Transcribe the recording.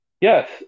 Yes